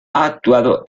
actuado